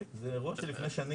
זה אירוע שלפני שנים.